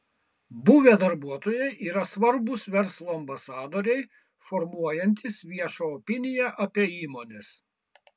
buvę darbuotojai yra svarbūs verslo ambasadoriai formuojantys viešą opiniją apie įmones